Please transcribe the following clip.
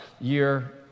year